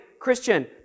Christian